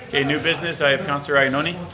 and new business, i have councillor ioannoni.